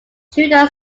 judeo